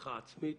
בתוכחה עצמית,